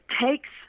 takes